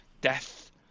Death